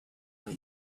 when